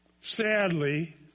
sadly